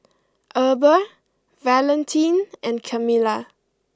Eber Valentin and Camilla